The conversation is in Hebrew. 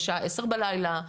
בשעה 22:00 בלילה,